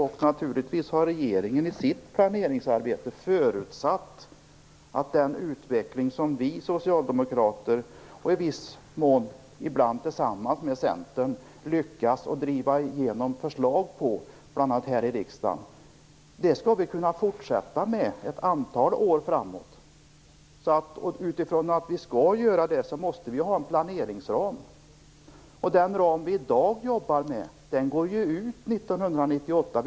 Naturligtvis har regeringen i sitt planeringsarbete förutsatt att den utveckling som vi socialdemokrater, ibland tillsammans med Centern, lyckas driva igenom, bl.a. genom förslag här i riksdagen, skall vi kunna fortsätta med ett antal år framåt. Utifrån det måste vi ha en planeringsram. Den ram vi i dag jobbar med går ju ut 1998.